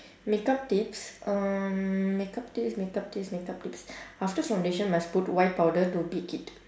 makeup tips um makeup tips makeup tips makeup tips after foundation must put white powder to bake it